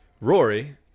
Rory